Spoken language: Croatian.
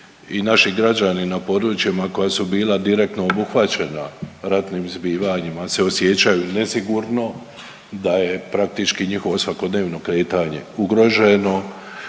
i naši građani na područjima koja su bila direktno obuhvaćena ratnim zbivanjima se osjećaju nesigurno, da je praktički njihovo svakodnevno kretanje ugroženo